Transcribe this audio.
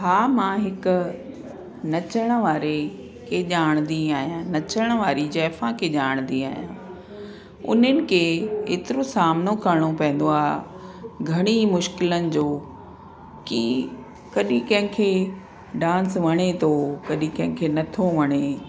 हा मां हिक नचण वारे के ॼाणदी आहियां नचण वारी जायफ़ा खे ॼाणदी आहियां उन्हनि के एतिरो सामिनो करिणो पवंदो आहे घणी मुश्किलुनि जो की कॾहिं कंहिंखे डांस वणे थो कॾहिं कंहिंखे नथो वणे